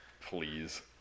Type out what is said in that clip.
please